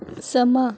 ਸਮਾਂ